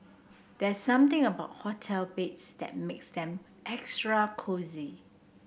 there's something about hotel beds that makes them extra cosy